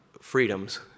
freedoms